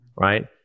right